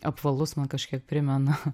apvalus man kažkiek primena